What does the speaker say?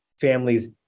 families